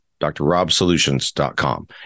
drrobsolutions.com